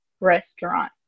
restaurant